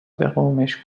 قومش